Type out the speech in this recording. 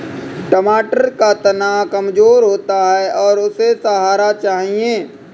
टमाटर का तना कमजोर होता है और उसे सहारा चाहिए